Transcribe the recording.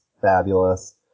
fabulous